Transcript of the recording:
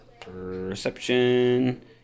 Perception